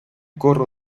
corro